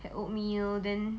had oatmeal then